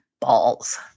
Balls